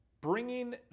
bringing